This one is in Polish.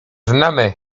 znamy